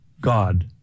God